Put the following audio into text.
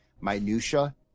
minutia